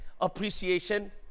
appreciation